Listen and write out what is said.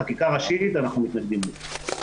בחקיקה ראשית, אנחנו מתנגדים לזה.